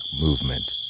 movement